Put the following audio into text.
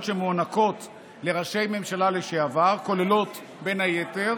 שמוענקות לראשי ממשלה לשעבר כוללות בין היתר